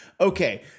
Okay